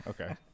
okay